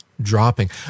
dropping